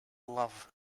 love